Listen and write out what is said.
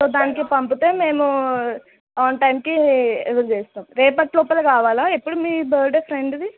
so దానికి పంపితే మేము ఆన్టైమ్కి ఏదో చేస్తాం రేపటి లోపల కావాలా ఎప్పుడు మీ బర్డే ఫ్రెండ్ది